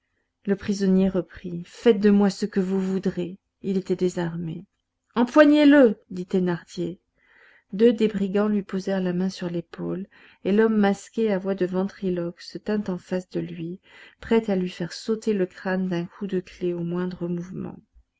le prisonnier reprit faites de moi ce que vous voudrez il était désarmé empoignez le dit thénardier deux des brigands lui posèrent la main sur l'épaule et l'homme masqué à voix de ventriloque se tint en face de lui prêt à lui faire sauter le crâne d'un coup de clef au moindre mouvement